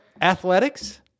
athletics